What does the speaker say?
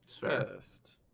First